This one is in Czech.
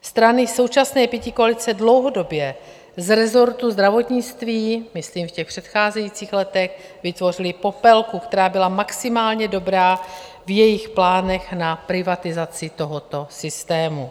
Strany současné pětikoalice dlouhodobě z resortu zdravotnictví, myslím v těch předcházejících letech, vytvořily popelku, která byla maximálně dobrá v jejich plánech na privatizaci tohoto systému.